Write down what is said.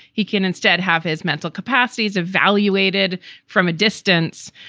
he can instead have his mental capacities evaluated from a distance.